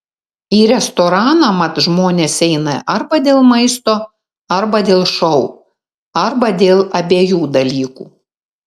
į restoraną mat žmonės eina arba dėl maisto arba dėl šou arba dėl abiejų dalykų